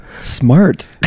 Smart